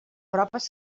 proves